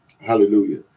hallelujah